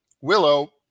Willow